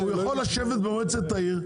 הוא יכול לשבת במועצת העיר,